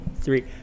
three